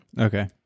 Okay